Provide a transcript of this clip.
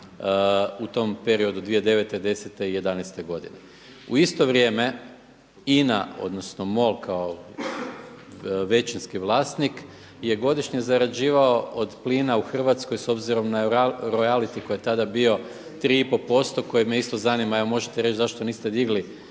u tom periodu 2009., 2010. i 2011. godine. U isto vrijeme INA, odnosno MOL kao većinski vlasnik je godišnje zarađivao od plina u Hrvatskoj s obzirom na royality koji je tada bio 3,5% koje me isto zanima, evo možete reći zašto niste dili